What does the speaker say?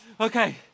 Okay